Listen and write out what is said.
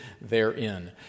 therein